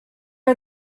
are